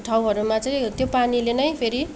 ठाउँहरूमा चाहिँ त्यो पानीले नै फेरि